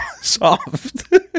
soft